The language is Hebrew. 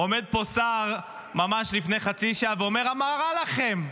עומד פה שר ממש לפני חצי שעה ואומר: מה רע לכם?